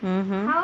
mmhmm